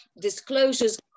disclosures